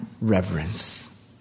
reverence